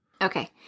Okay